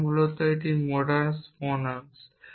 তাই মূলত এই মোডাস পোনেস